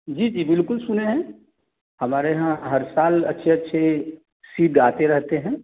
जी जी बिल्कुल सुने हैं हमारे यहाँ हर साल अच्छे अच्छे सीड आते रहते हैं